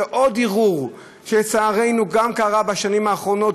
לעוד ערעור שלצערנו קרה בשנים האחרונות,